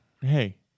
hey